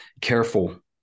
careful